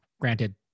Granted